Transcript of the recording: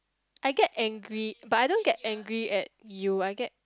I get angry but I don't get angry at you I get